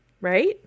Right